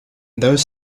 those